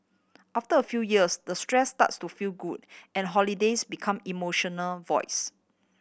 after a few years the stress starts to feel good and holidays become emotional voids